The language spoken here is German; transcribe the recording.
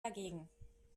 dagegen